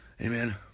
amen